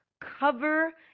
cover